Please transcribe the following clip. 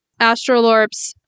Astrolorps